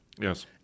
Yes